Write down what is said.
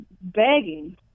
begging